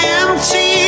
empty